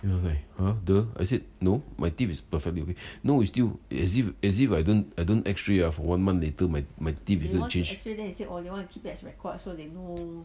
会不会 !huh! !duh! I said no my teeth is perfectly okay no it's still as if as if ah I don't I don't x-ray ah one month later my my teeth change